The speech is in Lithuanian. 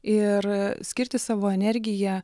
ir skirti savo energiją